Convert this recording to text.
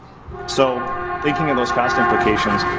so, thinking of those cost implications,